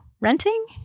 renting